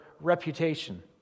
reputation